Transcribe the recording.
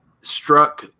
struck